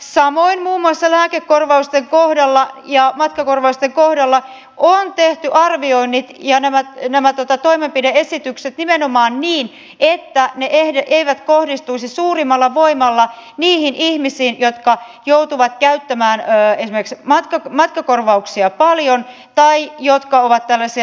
samoin muun muassa lääkekorvausten kohdalla ja matkakorvausten kohdalla on tehty arvioinnit ja nämä toimenpide esitykset nimenomaan niin että ne eivät kohdistuisi suurimmalla voimalla niihin ihmisiin jotka joutuvat käyttämään esimerkiksi matkakorvauksia paljon tai jotka ovat äänesi